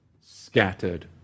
scattered